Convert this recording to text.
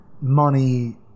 money